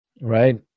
Right